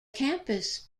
campus